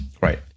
Right